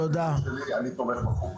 אני תומך בחוק.